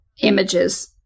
images